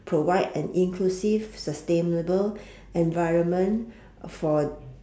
provide an inclusive sustainable environment for